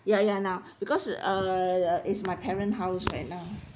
ya ya now because uh uh it's my parent house right now